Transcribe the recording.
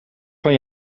van